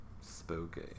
Spooky